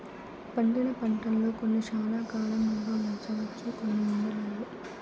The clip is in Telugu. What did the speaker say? పండిన పంటల్లో కొన్ని శ్యానా కాలం నిల్వ ఉంచవచ్చు కొన్ని ఉండలేవు